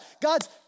God's